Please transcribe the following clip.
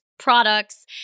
Products